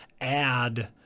add